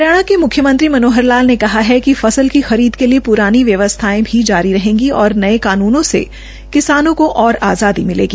हरियाणा के मुख्यमंत्री मनोहर लाल ने कहा है कि फसल की खरीद के लिए पुरानी व्यवस्थाएं भी जारी रहेंगी और नये कानूनों से किसानों को ओर आजादी मिलेगी